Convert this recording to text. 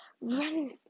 run